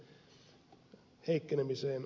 arvoisa puhemies